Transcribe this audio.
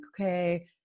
okay